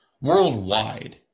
worldwide